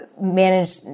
manage